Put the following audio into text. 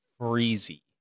Freezy